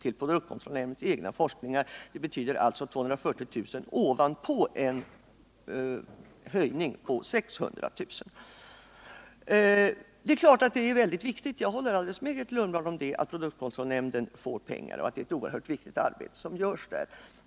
till produktkontrollnämndens egna forskningar, dvs. 240 000 kr. utöver en höjning på 600 000 kr. Det är klart att det är väldigt viktigt — jag håller med Grethe Lundblad om det —- att produktkontrollnämnden får pengar till sin verksamhet och att det är ett mycket viktigt arbete som görs där.